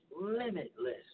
limitless